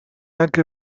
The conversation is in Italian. anche